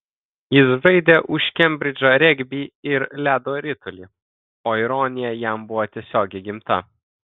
jis žaidė už kembridžą regbį ir ledo ritulį o ironija jam buvo tiesiog įgimta